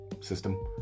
system